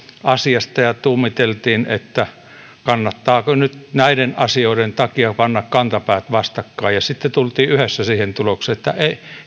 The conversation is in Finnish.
asiasta ja tuumiteltiin että kannattaako nyt näiden asioiden takia panna kantapäät vastakkain ja sitten tultiin yhdessä siihen tulokseen että